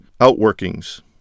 outworkings